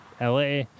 LA